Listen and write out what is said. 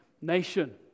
nation